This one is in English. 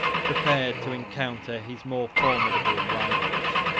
prepared to encounter his more formidable rivals.